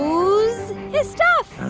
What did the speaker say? nose his stuff